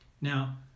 Now